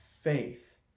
faith